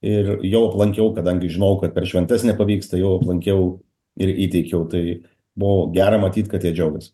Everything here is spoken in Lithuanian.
ir jau aplankiau kadangi žinojau kad per šventes nepavyks tai jau aplankiau ir įteikiau tai buvo gera matyt kad jie džiaugias